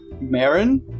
Marin